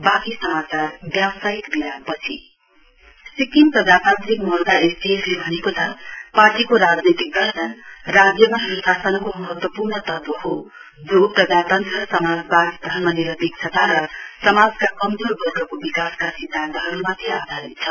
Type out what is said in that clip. SDF Sikkim प्रजातान्त्रिक मोर्चा एसडिएफले भनेको छ पार्टीको राजनैतिक दर्शन राज्यमा सुशाननको महत्वपूर्ण तत्व हो जो प्रजातन्त्र समाजवाद धर्मनिरपेक्षता र समाजका कमजोर वर्गको विकासका सिध्यान्तहरूमाथि आधारित छ